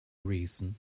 reason